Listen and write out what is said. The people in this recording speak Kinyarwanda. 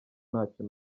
ntacyo